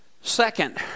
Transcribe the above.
Second